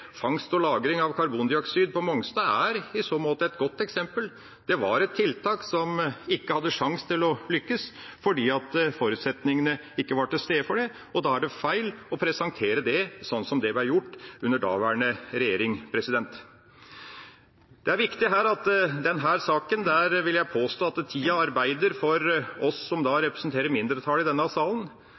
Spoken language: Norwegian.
fangst og lagring av karbondioksid på Mongstad er i så måte et godt eksempel – det var et tiltak som ikke hadde en sjanse til å lykkes fordi forutsetningene for det ikke var til stede. Da er det feil å presentere det sånn som det ble gjort under daværende regjering. I denne saken vil jeg påstå at tida arbeider for oss som representerer mindretallet i denne salen.